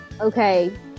Okay